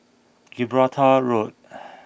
Gibraltar Road